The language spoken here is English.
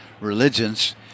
religions